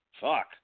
fuck